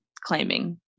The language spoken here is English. claiming